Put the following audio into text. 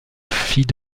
fille